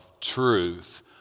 truth